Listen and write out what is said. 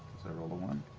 i rolled a one.